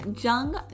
Jung